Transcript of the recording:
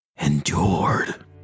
endured